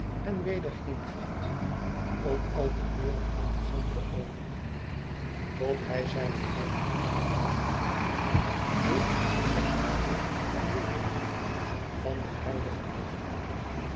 en weder heengaat om al de deuren in den gang te openen tot hi zijne eigene kamervindt dit is het wapen van winglebury van den huidigen dag